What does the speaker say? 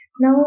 Now